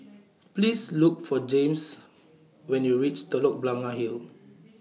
Please Look For Jaymes when YOU REACH Telok Blangah Hill